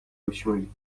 بشمری